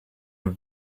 have